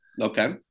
Okay